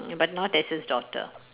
but not S's daughter